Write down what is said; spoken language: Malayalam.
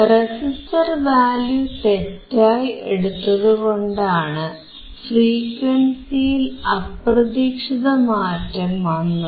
റെസിസ്റ്റർ വാല്യൂ തെറ്റായി എടുത്തതുകൊണ്ടാണ് ഫ്രീക്വൻസിയിൽ അപ്രതീക്ഷിത മാറ്റം വന്നത്